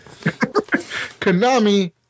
Konami